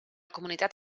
comunitat